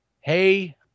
hey